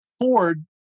Ford